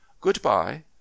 Goodbye